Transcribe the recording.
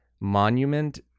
monument